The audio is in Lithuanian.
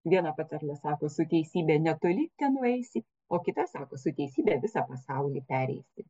viena patarlė sako su teisybe netoli tenueisi o kita su teisybe visą pasaulį pereisti